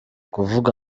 kuvuga